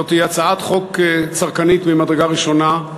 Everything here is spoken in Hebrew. זאת הצעת חוק צרכנית ממדרגה ראשונה,